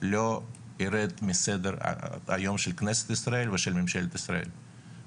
לא יירד מסדר היום של כנסת ישראל ושל ממשלת ישראל.